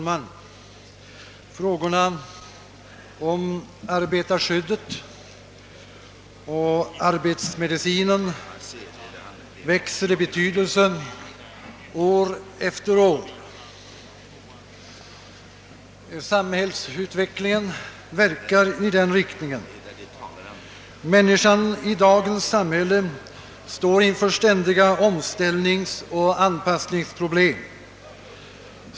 Herr talman! Arbetarskyddsoch arbetsmedicinfrågorna växer i betydelse från år till år. Samhällsutvecklingen verkar i den riktningen. Människan står i dagens samhälle inför ständiga omställningsoch <anpassningsproblem.